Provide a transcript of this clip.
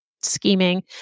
scheming